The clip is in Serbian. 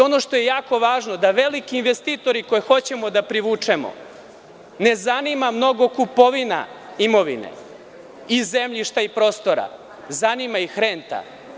Ono što je jako važno, da veliki investitori koje hoćemo da privučemo, ne zanima mnogo kupovina imovine i zemljišta i prostora, zanima ih renta.